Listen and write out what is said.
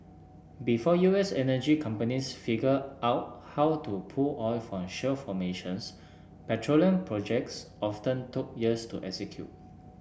before U S energy companies figured out how to pull oil from shale formations petroleum projects often took years to execute